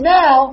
now